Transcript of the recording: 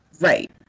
Right